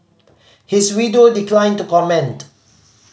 his widow declined to comment